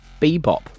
Bebop